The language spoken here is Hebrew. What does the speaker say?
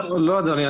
לא, אדוני.